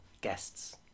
guests